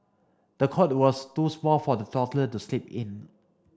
the cot was too small for the toddler to sleep in